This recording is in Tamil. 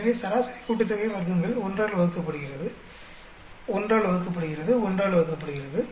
எனவே சராசரி கூட்டுத்தொகை வர்க்கங்கள் ஒன்றால் வகுக்கப்படுகிறது ஒன்றால் வகுக்கப்படுகிறது ஒன்றால் வகுக்கப்படுகிறது